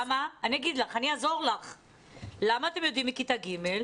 למה אתם יודעים מכיתה ג'?